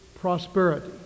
prosperity